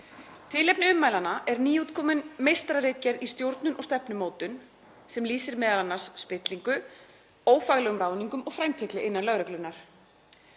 Tilefni ummælanna er nýútkomin meistararitgerð í stjórnun og stefnumótun sem lýsir m.a. spillingu, ófaglegum ráðningum og frændhygli innan lögreglunnar.